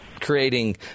creating